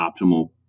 optimal